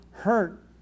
hurt